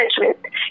management